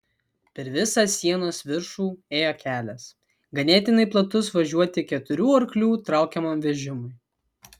per visą sienos viršų ėjo kelias ganėtinai platus važiuoti keturių arklių traukiamam vežimui